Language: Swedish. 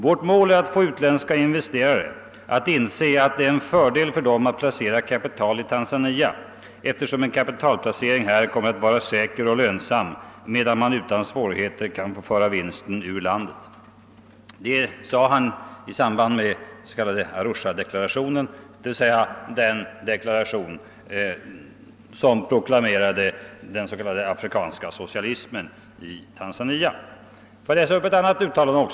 Vårt mål är att få utländska investerare att inse att det är en fördel för dem att placera kapital i Tanzania, eftersom en kapitalplacering här kommer att vara säker och lönsam medan man utan svårigheter kan få föra vinsten ur landet.> Detta sade han i samband med d. v. s. den deklaration som proklamerade den s.k. afrikanska socialismen i Tanzania. Låt mig också läsa upp ett annat uttalande.